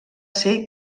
ser